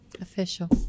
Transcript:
Official